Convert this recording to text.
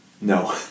No